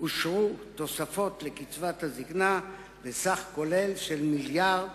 אושרו תוספות לקצבת הזיקנה בסכום כולל של 1.33 מיליארד